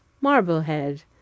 Marblehead